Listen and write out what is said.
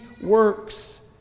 works